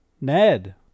Ned